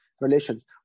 relations